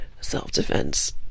Self-defense